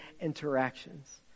interactions